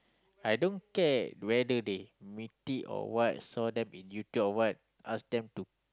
I don't care whether they meeting or what so they or duty or what ask them to